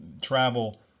travel